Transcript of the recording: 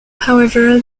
however